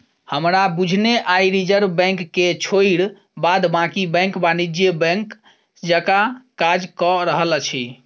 हमरा बुझने आइ रिजर्व बैंक के छोइड़ बाद बाँकी बैंक वाणिज्यिक बैंक जकाँ काज कअ रहल अछि